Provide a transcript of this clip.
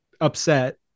upset